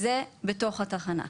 זה בתוך התחנה.